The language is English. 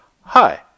Hi